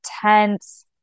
tense